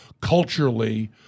culturally